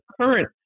current